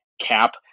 Cap